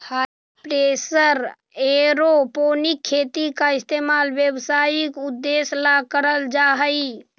हाई pressure aeroponic खेती का इस्तेमाल व्यावसायिक उद्देश्य ला करल जा हई